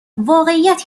واقعیت